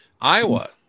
Iowa